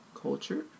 culture